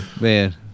Man